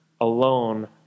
alone